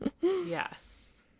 Yes